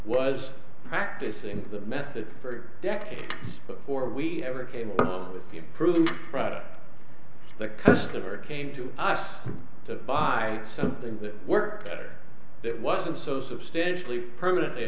was practicing the method for decades before we ever came up with the proof product the customer came to us to buy something that worked better that wasn't so substantially permanently